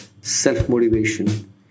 self-motivation